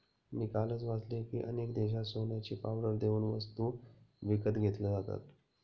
मी कालच वाचले की, अनेक देशांत सोन्याची पावडर देऊन वस्तू विकत घेतल्या जातात